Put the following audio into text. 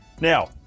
now